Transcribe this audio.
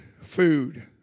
food